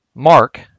Mark